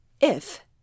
If